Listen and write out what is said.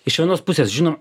iš vienos pusės žino